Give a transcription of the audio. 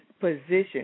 position